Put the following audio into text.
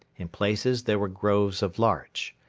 in places there were groves of larch.